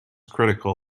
critical